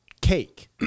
cake